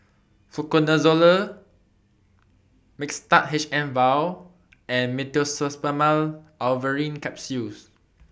Fluconazole Mixtard H M Vial and Meteospasmyl Alverine Capsules